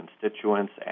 constituents